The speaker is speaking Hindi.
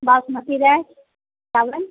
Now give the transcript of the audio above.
बासमती राइस चावल